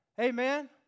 Amen